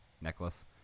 necklace